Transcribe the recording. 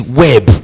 web